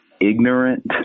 ignorant